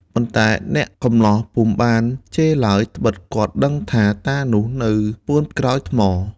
ប៉ុន្តែអ្នកកម្លោះពុំបានជេរឡើយ ត្បិតគាត់ដឹងថាតានោះនៅពួនក្រោយថ្ម។